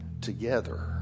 together